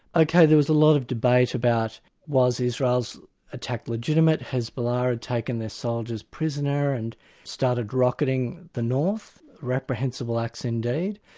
ok, there was a lot of debate about was israel's attack legitimate? hezbollah had taken their soldiers prisoner and started rocketing the north reprehensible acts indeed.